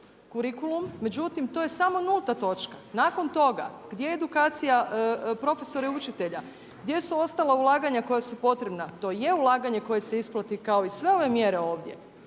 kurikulum međutim to je samo nulta točka. Nakon toga gdje je edukacija profesora i učitelja? Gdje su ostala ulaganja koja su potrebna? To je ulaganje koje se isplati kao i sve ove mjere ovdje,